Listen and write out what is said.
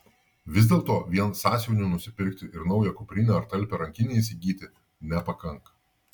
vis dėlto vien sąsiuvinių nusipirkti ir naują kuprinę ar talpią rankinę įsigyti nepakanka